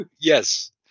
Yes